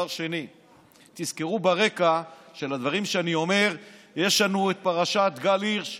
2. תזכרו ברקע של הדברים שאני אומר שיש לנו את פרשת גל הירש,